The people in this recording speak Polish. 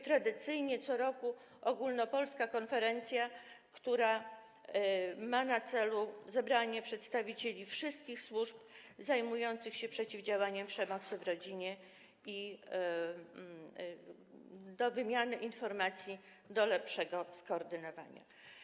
Tradycyjnie co roku jest ogólnopolska konferencja, która ma na celu zebranie przedstawicieli wszystkich służb zajmujących się przeciwdziałaniem przemocy w rodzinie i wymianę informacji w celu lepszego skoordynowania.